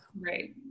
Right